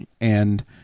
and-